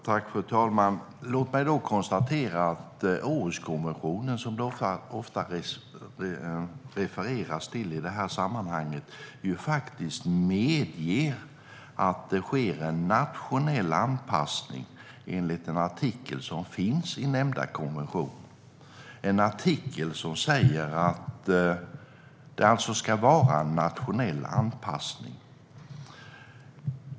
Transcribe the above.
Fru talman! Låt mig då konstatera att en av artiklarna i Århuskonventionen, som det ofta refereras till i detta sammanhang, faktiskt medger att det sker en nationell anpassning.